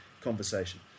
conversation